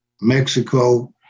Mexico